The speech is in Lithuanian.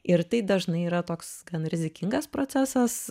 ir tai dažnai yra toks gan rizikingas procesas